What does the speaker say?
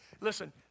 Listen